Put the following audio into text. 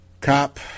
Cop